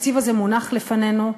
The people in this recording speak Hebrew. התקציב הזה מונח לפנינו,